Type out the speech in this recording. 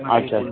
અચ્છા અચ્છા